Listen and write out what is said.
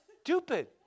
stupid